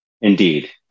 indeed